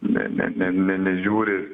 ne ne ne nežiūri